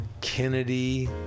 Kennedy